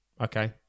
okay